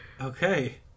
okay